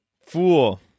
Fool